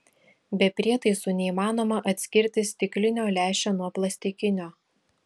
be prietaisų neįmanoma atskirti stiklinio lęšio nuo plastikinio